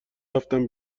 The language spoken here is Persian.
رفتم